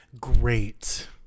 Great